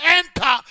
enter